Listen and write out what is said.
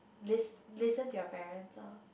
lis~ listen to your parents orh